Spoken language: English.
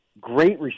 great